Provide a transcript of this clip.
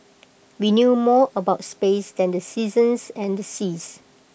we knew more about space than the seasons and the seas